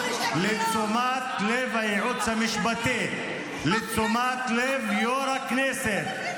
לתשומת לב הייעוץ המשפטי, לתשומת לב יו"ר הכנסת.